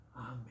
Amen